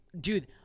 Dude